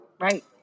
Right